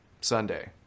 Sunday